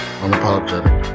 unapologetic